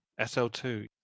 SL2